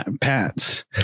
pants